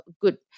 good